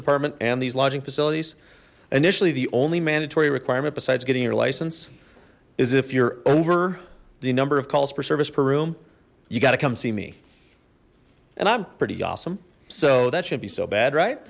department and these lodging facilities initially the only mandatory requirement besides getting your license is if you're over the number of calls per service per room you got to come see me and i'm pretty awesome so that shouldn't be so bad right